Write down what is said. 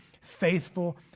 faithful